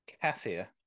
Cassia